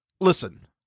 listen